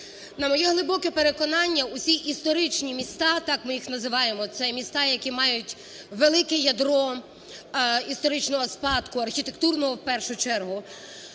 На моє глибоке переконання, усі історичні міста, так ми їх називаємо, - це міста, які мають велике ядро історичного спадку, архітектурного в першу чергу,